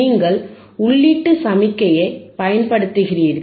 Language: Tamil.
நீங்கள் உள்ளீட்டு சமிக்ஞையைப் பயன்படுத்துகிறீர்கள்